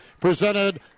presented